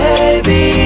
Baby